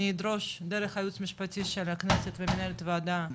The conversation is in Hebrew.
אני אדרוש דרך היעוץ המשפטי של הכנסת ומנהלת הוועדה,